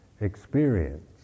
experience